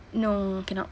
no cannot